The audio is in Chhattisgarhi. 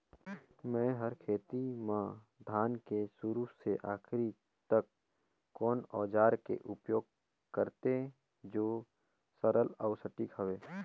मै हर खेती म धान के शुरू से आखिरी तक कोन औजार के उपयोग करते जो सरल अउ सटीक हवे?